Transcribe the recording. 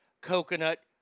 coconut